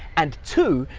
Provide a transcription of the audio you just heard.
and two,